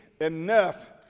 enough